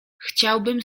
chciałbym